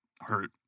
hurt